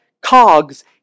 cogs